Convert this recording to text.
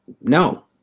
no